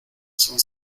son